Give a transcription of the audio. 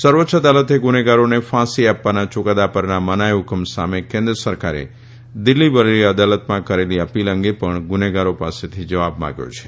સર્વોચ્ય અદાલતે ગુજેગારોને ફાસી આપવાના યુકાદા પરના મનાઇ હ્કમ સામે કેન્દ્ર સરકારે દિલ્હી વડી અદાલતમાં કરેલી અપીલ અંગે પણ ગુન્હેગારો પાસેથી જવાબ માંગ્યો છે